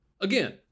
Again